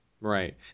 Right